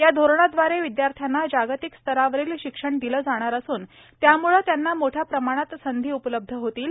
या धोरणाद्वारे विद्यार्थांना जागतिक स्तरावरील शिक्षण दिलं जाणार असून त्यामुळे त्यांना मोठ्या प्रमाणात संधी उपलब्ध होतील